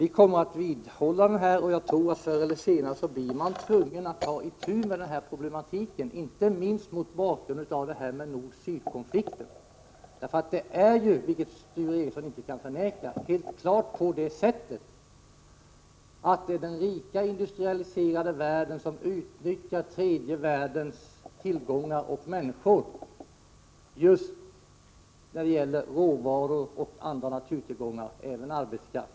Vi kommer att vidhålla vår uppfattning. Jag tror att man förr eller senare blir tvungen att ta itu med denna problematik, inte minst mot bakgrund av nord-syd-konflikten. Det är ju helt klart så — vilket Sture Ericson inte kan förneka — att den rika industrialiserade världen utnyttjar tredje världens tillgångar och människor — råvaror, andra naturtillgångar och även arbetskraft.